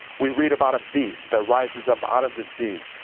we read about a beast that rises up out of the sea.